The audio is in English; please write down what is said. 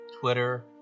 twitter